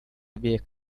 обеих